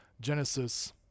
Genesis